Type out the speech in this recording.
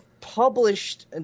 published